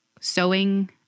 sewing